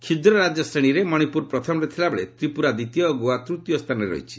କ୍ଷୁଦ୍ର ରାଜ୍ୟ ଶ୍ରେଣୀରେ ମଣିପୁର ପ୍ରଥମରେ ଥିଲାବେଳେ ତ୍ରିପୁରା ଦ୍ୱିତୀୟ ଓ ଗୋଆ ତୂତୀୟରେ ରହିଛି